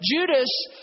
Judas